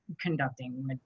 conducting